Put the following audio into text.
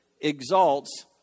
exalts